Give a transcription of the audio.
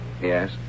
Yes